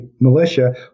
militia